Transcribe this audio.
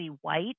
white